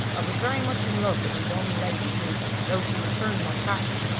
i was very much in love with a young lady who, though she returned my passion,